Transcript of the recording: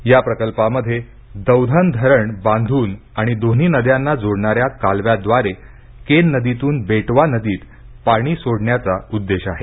या प्रकल्पामध्ये दौधन धरण बांधून आणि दोन्ही नद्यांना जोडणाऱ्या कालव्याद्वारे केन नदीतून बेटवा नदीत पाणी सोडण्याचा उद्देश आहे